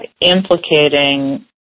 implicating